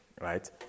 right